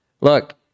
look